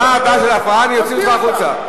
תוציא אותם, מה קרה?